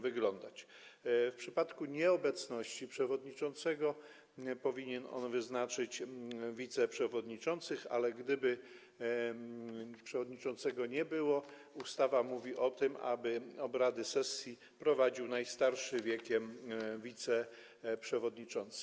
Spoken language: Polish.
W przypadku nieobecności przewodniczącego powinien on wyznaczyć wiceprzewodniczących, a gdyby przewodniczącego nie było, ustawa mówi o tym, aby obrady sesji prowadził najstarszy wiekiem wiceprzewodniczący.